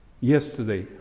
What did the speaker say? yesterday